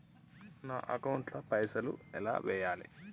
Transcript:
నా అకౌంట్ ల పైసల్ ఎలా వేయాలి?